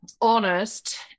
honest